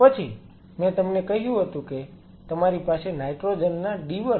પછી મેં તમને કહ્યું હતું કે તમારી પાસે નાઈટ્રોજન ના ડીવર હશે